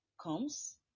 comes